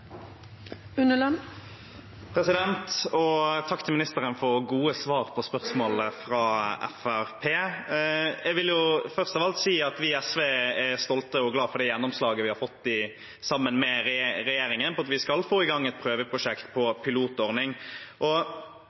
Takk til ministeren for gode svar på spørsmålene fra Fremskrittspartiet. Jeg vil først av alt si at vi i SV er stolt over og glad for det gjennomslaget vi har fått, sammen med regjeringen, om at vi skal få i gang et prøveprosjekt med pilotordning.